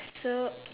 so